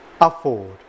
afford